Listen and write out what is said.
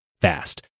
fast